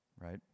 right